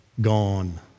gone